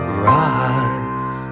rods